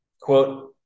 quote